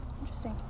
Interesting